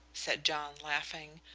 said john, laughing.